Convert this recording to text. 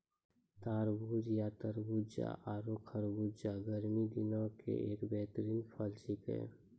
तरबूज या तारबूज आरो खरबूजा गर्मी दिनों के एक बेहतरीन फल छेकै